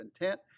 intent